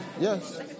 yes